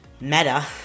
Meta